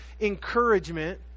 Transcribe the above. Encouragement